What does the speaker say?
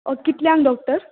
कितल्यांग doctor